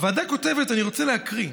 הוועדה כותבת אני רוצה להקריא.